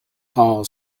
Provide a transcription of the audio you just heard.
call